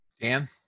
dan